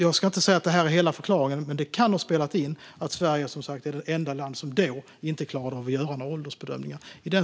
Jag ska inte säga att det är hela förklaringen, men det kan ha spelat in att Sverige var det enda land som då inte klarade av att göra åldersbedömningar.